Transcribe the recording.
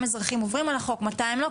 אזרחים עוברים על החוק ומתי הם לא,